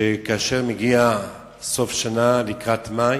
שכאשר מגיע סוף שנה, לקראת מאי,